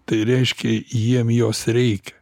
tai reiškia jiem jos reikia